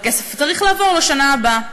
והכסף צריך לעבור לשנה הבאה.